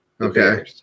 Okay